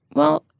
well,